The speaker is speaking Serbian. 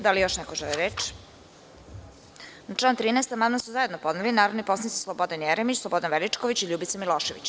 Da li još neko želi reč? (Ne) Na član 13. amandman su zajedno podneli narodni poslanici Slobodan Jeremić, Slobodan Veličković i Ljubica Milošević.